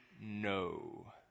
no